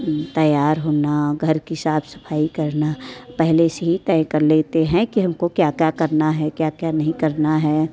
तैयार होना घर की साफ सफाई करना पहले से ही तय कर लेते हैं कि हमको क्या क्या करना क्या क्या नहीं करना है